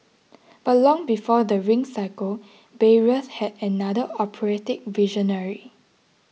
but long before the Ring Cycle Bayreuth had another operatic visionary